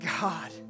God